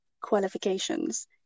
qualifications